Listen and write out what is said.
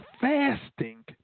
fasting